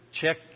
check